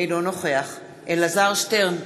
אינו נוכח אלעזר שטרן,